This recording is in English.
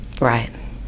Right